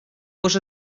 fos